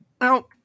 Now